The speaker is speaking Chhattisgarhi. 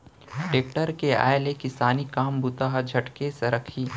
टेक्टर के आय ले किसानी काम बूता ह झटके सरकही